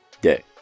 day